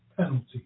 penalty